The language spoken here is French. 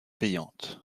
payante